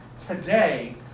today